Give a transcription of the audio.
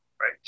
right